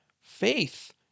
faith